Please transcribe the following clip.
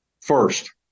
First